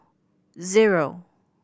zero